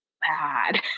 bad